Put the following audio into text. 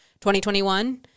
2021